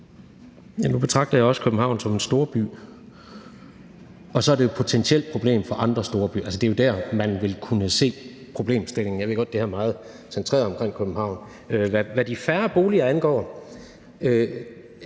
nu betragter jeg også København som en storby, og det er jo så et potentielt problem for andre storbyer. Altså, det er jo der, man vil kunne se problemstillingen. Jeg ved godt, at det her er meget centreret omkring København. Hvad de færre boliger angår: